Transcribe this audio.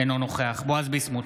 אינו נוכח בועז ביסמוט,